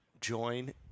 join